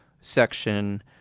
section